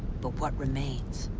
but what remains.